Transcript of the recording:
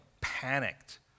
panicked